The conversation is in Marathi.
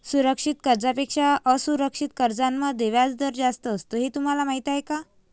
सुरक्षित कर्जांपेक्षा असुरक्षित कर्जांमध्ये व्याजदर जास्त असतो हे तुम्हाला माहीत आहे का?